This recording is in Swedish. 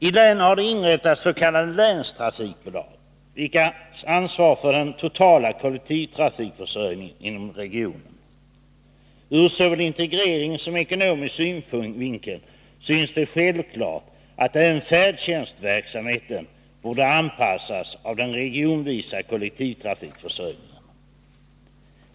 Tlänen har det inrättats s.k. länstrafikbolag, vilka ansvarar för den totala kollektivtrafikförsörjningen inom regionen. Ur såväl integreringssom ekonomisk synvinkel synes det självklart att även färdtjänstverksamheten borde omfattas av den regionala kollektivtrafikförsörjningen.